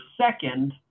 second